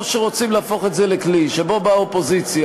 או שרוצים להפוך את זה לכלי שבו האופוזיציה,